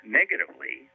negatively